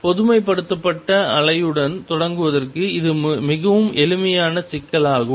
பொதுமைப்படுத்தப்பட்ட அலையுடன் தொடங்குவதற்கு இது மிகவும் எளிமையான சிக்கலாகும்